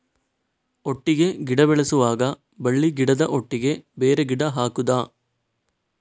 ಒಟ್ಟಿಗೆ ಗಿಡ ಬೆಳೆಸುವಾಗ ಬಳ್ಳಿ ಗಿಡದ ಒಟ್ಟಿಗೆ ಬೇರೆ ಗಿಡ ಹಾಕುದ?